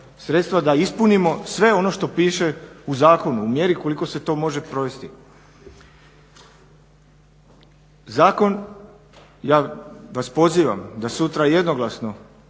da ispunimo sve ono što piše u zakonu, u mjeri koliko se to može provesti. Zakon, ja vas pozivam da sutra jednoglasno